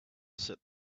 said